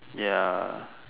ya